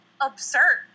absurd